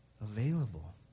available